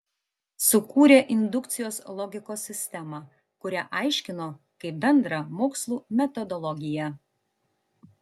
sukūrė indukcijos logikos sistemą kurią aiškino kaip bendrą mokslų metodologiją